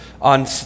on